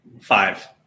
Five